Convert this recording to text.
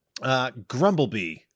Grumblebee